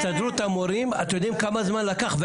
הסתדרות המורים אתם יודעים כמה זמן לקח,